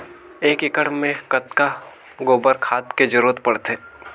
एक एकड़ मे कतका गोबर खाद के जरूरत पड़थे?